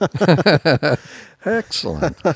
excellent